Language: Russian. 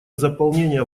заполнения